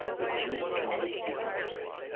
that jews can look dignified.